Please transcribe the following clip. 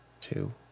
Two